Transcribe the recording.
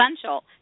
essential